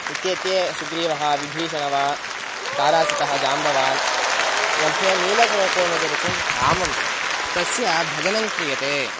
इत्येते सुग्रीवः विभीषणः वा तारासुतः जाम्बवान् मध्ये नीलकरकोमलरुचिं रामं तस्य भजनं क्रियते